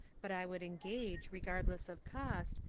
but i would engage, re gardless of cost,